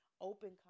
open